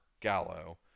Gallo